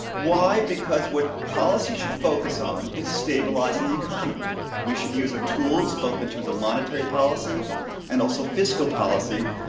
why? because what policy should focus on is stabilizing the economy we should use our tools, both in terms of monetary policy and also fiscal policy,